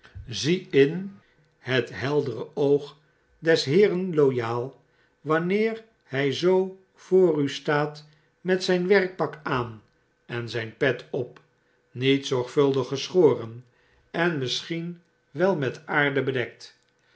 zie in het heldere oog des heeren loyal wanneer hy zoo voor u staat met zijn werkpak aan en zyn pet op niet zorgvuldig geschoren en misschien wel met aarde bedekt